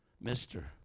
mister